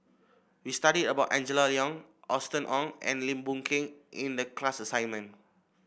we studied about Angela Liong Austen Ong and Lim Boon Keng in the class assignment